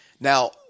Now